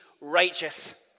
righteous